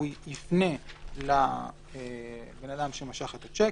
הוא יפנה לבן אדם שמשך את השיק